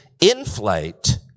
inflate